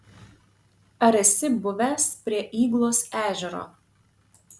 ar esi buvęs prie yglos ežero